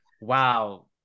wow